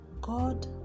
God